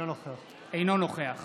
אינו נוכח